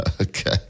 Okay